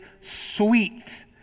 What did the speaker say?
sweet